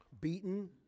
beaten